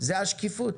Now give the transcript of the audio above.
זאת השקיפות.